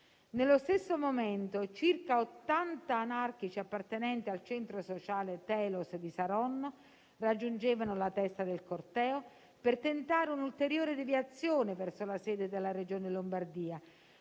Nello stesso momento, circa 80 anarchici, appartenenti al centro sociale Telos di Saronno, raggiungevano la testa del corteo, per tentare un'ulteriore deviazione verso la sede della Regione Lombardia.